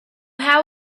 how